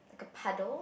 like a puddle